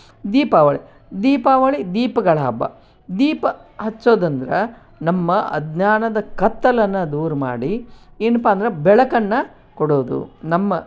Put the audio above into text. ದೀಪಾವಳಿ ದೀಪಾವಳಿ ದೀಪಗಳು ಹಬ್ಬ ದೀಪ ಹಚ್ಚೋದಂದ್ರೆ ನಮ್ಮ ಅಜ್ಞಾನದ ಕತ್ತಲನ್ನು ದೂರ ಮಾಡಿ ಏನಪ್ಪಾ ಅಂದ್ರೆ ಬೆಳಕನ್ನು ಕೊಡುವುದು ನಮ್ಮ